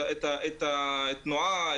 את התנועה,